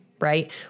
right